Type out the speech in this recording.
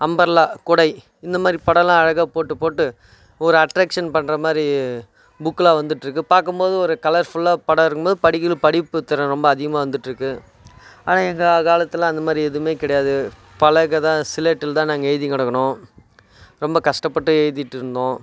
umbrella குடை இந்த மாதிரி படம்லாம் அழகாக போட்டு போட்டு ஒரு அட்ராக்ஷன் பண்ணுற மாதிரி புக்லாம் வந்துட்டுருக்கு பார்க்கும் போது ஒரு கலர்ஃபுல்லாகே படம் இருக்கும் போது படிக்கின்ற படிப்பு திறன் ரொம்ப அதிகமாக வந்துட்டுருக்கு ஆனால் எங்கள் காலத்தில் அந்த மாதிரி எதுவும் கிடையாது பலகை தான் ஸ்லேட்டில் தான் நாங்கள் எழுதி கொடுக்கணும் ரொம்ப கஷ்டப்பட்டு எழுதிட்டு இருந்தோம்